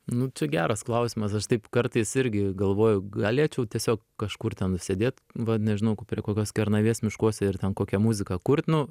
nu čia geras klausimas aš taip kartais irgi galvoju galėčiau tiesiog kažkur ten sėdėt va nežinau prie kokios kernavės miškuose ir ten kokią muziką kurt nu